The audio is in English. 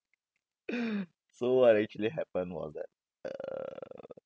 so what actually happened was that err